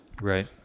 Right